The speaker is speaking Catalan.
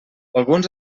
alguns